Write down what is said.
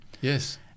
Yes